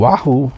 Wahoo